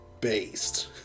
Based